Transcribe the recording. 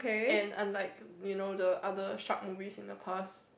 and unlike you know the other shark movies in the past